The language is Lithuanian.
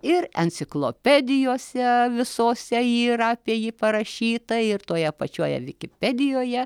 ir enciklopedijose visose yra apie jį parašyta ir toje pačioje vikipedijoje